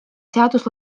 seadus